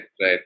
right